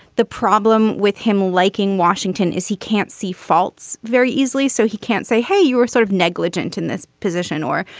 the problem with him liking washington is he can't see faults very easily. so he can't say, hey, you were sort of negligent in this position or,